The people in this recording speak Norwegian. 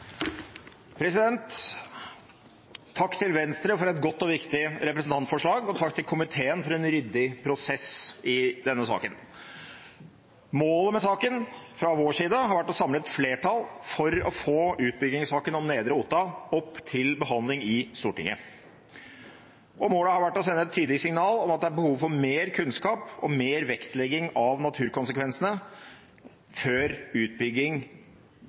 vedtatt. Takk til Venstre for et godt og viktig representantforslag, og takk til komiteen for en ryddig prosess i denne saken. Målet med saken fra vår side har vært å samle et flertall for å få utbyggingssaken om Nedre Otta opp til behandling i Stortinget. Målet har vært å sende et tydelig signal om at det er behov for mer kunnskap og mer vektlegging av naturkonsekvensene før utbygging